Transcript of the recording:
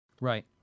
Right